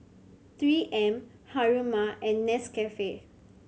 Three M Haruma and Nescafe